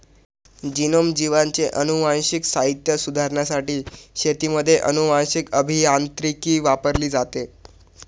genome, जीवांचे अनुवांशिक साहित्य सुधारण्यासाठी शेतीमध्ये अनुवांशीक अभियांत्रिकी वापरली जाते